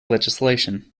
legislation